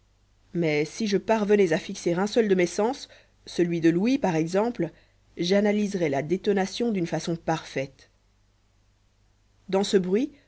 mais si je parvenais à fixer un seul de mes sens celui de l'ouïe par exemple j'analyserais la détonation d'une façon parfaite dans ce bruit